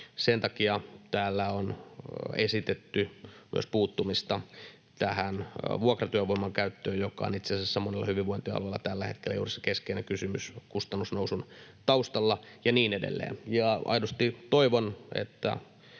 Sen takia täällä on esitetty myös puuttumista tähän vuokratyövoiman käyttöön, joka on itse asiassa monella hyvinvointialueella tällä hetkellä juuri se keskeinen kysymys kustannusnousun taustalla, ja niin edelleen. Ja aidosti toivon, että